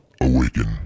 awaken